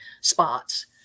spots